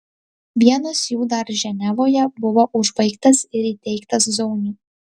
vienas jų dar ženevoje buvo užbaigtas ir įteiktas zauniui